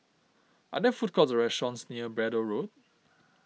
are there food courts or restaurants near Braddell Road